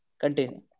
continue